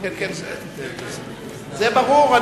זה ברור.